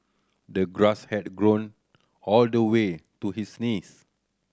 the grass had grown all the way to his knees